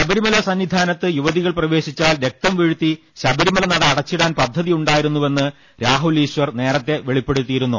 ശബരിമല സന്നിധാനത്ത് യുവതികൾ പ്രവേ ശിച്ചാൽ രക്തം വീഴ്ത്തി ശബരിമല നട അടച്ചിടാൻ പദ്ധതി ഉണ്ടായിരു ന്നു വെന്ന് രാഹുൽ ഈശ്വർ നേരത്തെ വെളിപ്പെടുത്തിയിരുന്നു